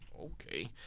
okay